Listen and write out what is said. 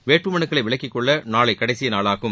வேட்பு மனுக்களை விலக்கிக்கொள்ள நாளை கடைசி நாளாகும்